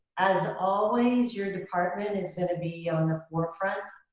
as always your department is gonna be on the forefront